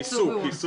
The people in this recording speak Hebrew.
היישוב.